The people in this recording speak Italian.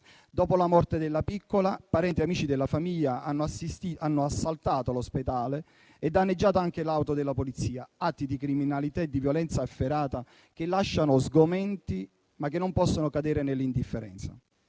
Dopo la morte della piccola, parenti e amici della famiglia hanno assaltato l'ospedale e danneggiato anche l'auto della polizia. Sono atti di criminalità e di violenza efferata che lasciano sgomenti, ma che non possono cadere nell'indifferenza.